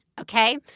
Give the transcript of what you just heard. Okay